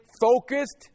focused